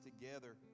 together